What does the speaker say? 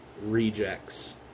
rejects